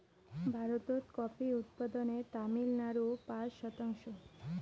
ভারতত কফি উৎপাদনে তামিলনাড়ু পাঁচ শতাংশ